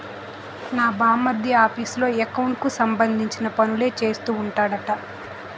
నా బావమరిది ఆఫీసులో ఎకౌంట్లకు సంబంధించిన పనులే చేస్తూ ఉంటాడట